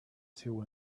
two